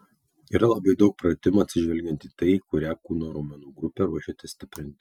yra labai daug pratimų atsižvelgiant į tai kurią kūno raumenų grupę ruošiatės stiprinti